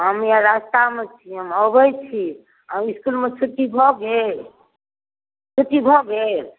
हम इएह रस्तामे छी हम अबै छी इस्कुलमे छुट्टी भऽ गेल छुट्टी भऽ गेल